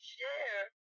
share